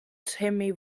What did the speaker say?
timmy